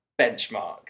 benchmark